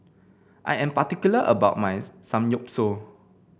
I am particular about my Samgyeopsal